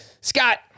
Scott